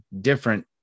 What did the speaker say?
different